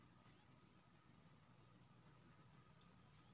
सरिसौंक पत्ताक साग बड़ नीमन छै